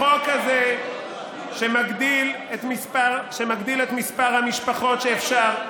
החוק הזה, שמגדיל את מספר המשפחות שאפשר,